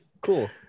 cool